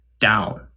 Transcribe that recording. down